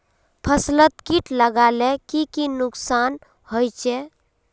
फसलोत किट लगाले की की नुकसान होचए?